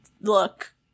look